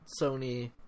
Sony